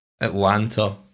Atlanta